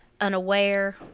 unaware